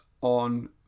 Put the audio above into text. on